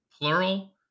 plural